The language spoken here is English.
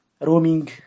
roaming